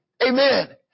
Amen